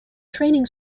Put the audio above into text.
training